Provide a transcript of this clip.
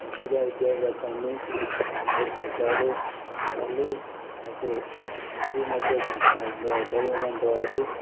మంచిగా విద్యాభ్యాసాన్ని నాకు నేర్పించారు వాళ్ళు నాకు గురువుని అభ్యసించిన దైవం లాంటి వారు